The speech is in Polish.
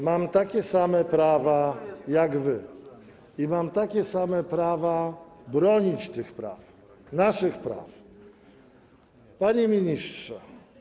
Mam takie same prawa jak wy i mam takie same prawa bronić tych praw, naszych praw. Panie Ministrze!